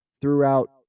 throughout